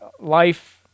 life